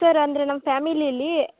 sir ಅಂದರೆ ನಮ್ಮ ಫ್ಯಾಮಿಲಿಯಲ್ಲಿ